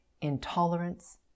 intolerance